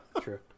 True